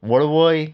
वळवय